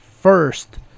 first